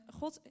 God